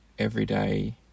Everyday